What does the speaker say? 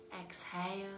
exhale